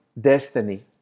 destiny